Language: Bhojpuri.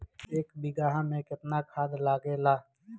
एक बिगहा में केतना खाद लागेला?